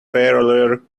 failure